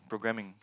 programming